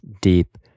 deep